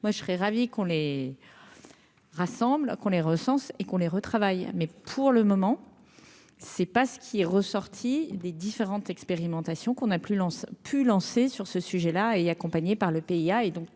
moi je serais ravi qu'on les rassemble, qu'on les recense et qu'on les retravaille mais pour le moment, c'est pas ce qui est ressorti des différentes expérimentations qu'on a plus ont pu lancer sur ce sujet-là et accompagné par le PIA